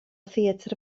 theatr